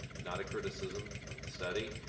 not a criticism of the study,